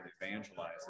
evangelize